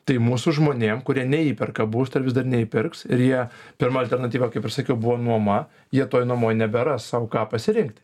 tai mūsų žmonėm kurie neįperka būsto ir vis dar neįpirks ir jie pirma alternatyva kaip ir sakiau buvo nuoma jie toj nuomoj neberas sau ką pasirinkti